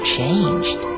changed